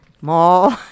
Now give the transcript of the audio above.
mall